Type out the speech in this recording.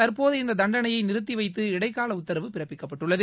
தற்போது இந்த தண்டனையை நிறுத்திவைத்து இடைக்கால உத்தரவு பிறப்பிக்கப்பட்டுள்ளது